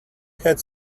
had